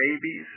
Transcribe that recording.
babies